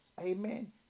Amen